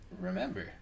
remember